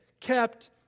kept